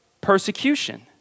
persecution